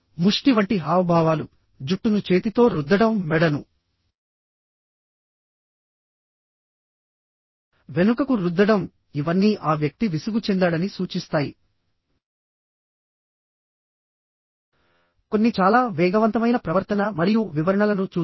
ముష్టి వంటి హావభావాలు జుట్టును చేతితో రుద్దడం మెడను వెనుకకు రుద్దడం ఇవన్నీ ఆ వ్యక్తి విసుగు చెందాడని సూచిస్తాయి కొన్ని చాలా వేగవంతమైన ప్రవర్తన మరియు వివరణలను చూద్దాం